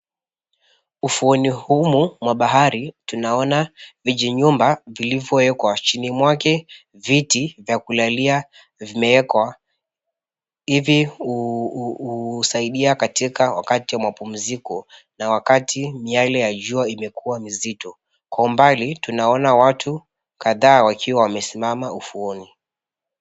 Ufuoni humu mwa bahari, tunaona vijinyumba 𝑣𝑖𝑙𝑖𝑣𝑦𝑜𝑤𝑒𝑘𝑤𝑎. 𝐶hini mwake viti vya kulalia vimeekwa, hivi husaidia katika wakati wa mapumziko na wakati miale ya jua imekuwa mzito. Kwa 𝑢𝑚𝑏𝑎𝑙𝑖, tunaona watu kadhaa wakiwa wamesimama ufuoni.